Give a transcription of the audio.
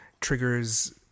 triggers